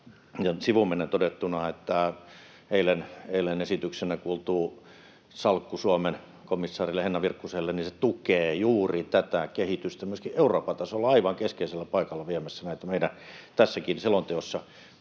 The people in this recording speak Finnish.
Sivumennen todettuna: eilen esityksenä kuultu salkku Suomen komissaarille Henna Virkkuselle tukee juuri tätä kehitystä myöskin Euroopan tasolla — aivan keskeisellä paikalla viemässä näitä meidän tässäkin selonteossa nostamiamme